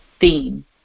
theme